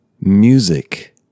music